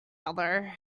other